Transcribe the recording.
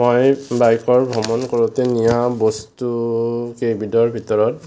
মই বাইকৰ ভ্ৰমণ কৰোঁতে নিয়া বস্তু কেইবিধৰ ভিতৰত